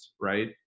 right